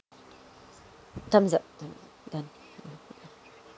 thumbs up done